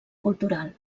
cultural